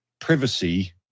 privacy